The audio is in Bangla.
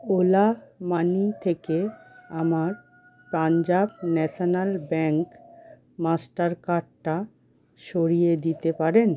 ওলা মানি থেকে আমার পাঞ্জাব ন্যাশেনাল ব্যাঙ্ক মাস্টার কার্ডটা সরিয়ে দিতে পারেন